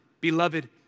beloved